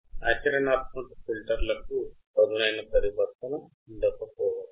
ఆచరణాత్మక ఫిల్టర్లకు పదునైన పరివర్తన ఉండకపోవచ్చు